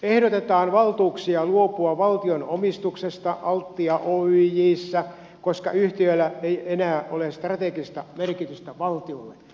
ehdotetaan valtuuksia luopua valtion omistuksesta altia oyjssä koska yhtiöllä ei ole enää strategista merkitystä valtiolle